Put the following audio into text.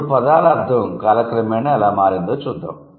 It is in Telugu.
ఇప్పుడు పదాల అర్ధం కాలక్రమేణా ఎలా మారిందో చూద్దాం